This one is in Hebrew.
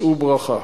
שאו ברכה.